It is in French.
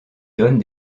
donne